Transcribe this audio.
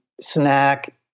snack